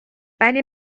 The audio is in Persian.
ولی